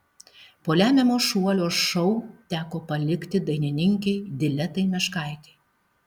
po lemiamo šuolio šou teko palikti dainininkei diletai meškaitei